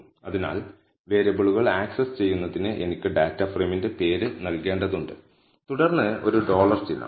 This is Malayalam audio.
അതിനാൽ വേരിയബിളുകൾ ആക്സസ് ചെയ്യുന്നതിന് എനിക്ക് ഡാറ്റ ഫ്രെയിമിന്റെ പേര് നൽകേണ്ടതുണ്ട് തുടർന്ന് ഒരു ഡോളർ ചിഹ്നം